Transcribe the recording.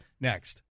next